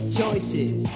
choices